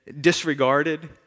disregarded